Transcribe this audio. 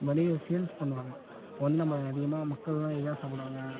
வணிகம் சேல்ஸ் பண்ணுவாங்க இப்போ வந்து நம்ம அதிகமாக மக்கள்லாம் இதுதான் சாப்பிடுவாங்க